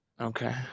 Okay